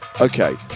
Okay